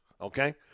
Okay